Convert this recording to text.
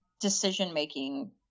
decision-making